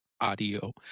audio